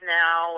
now